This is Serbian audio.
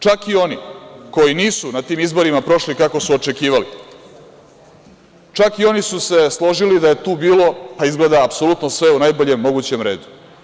Čak i oni koji nisu na tim izborima prošli kako su očekivali, čak i oni su se složili da je tu bilo, pa izgleda, apsolutno sve u najboljem mogućem redu.